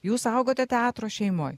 jūs augote teatro šeimoj